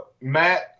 Matt